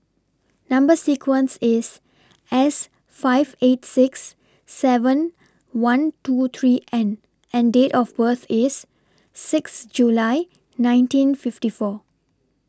Number sequence IS S five eight six seven one two three N and Date of birth IS six July nineteen fifty four